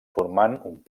formant